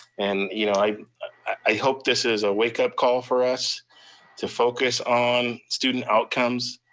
and you know i i hope this is a wake up call for us to focus on student outcomes.